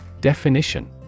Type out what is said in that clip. Definition